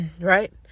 Right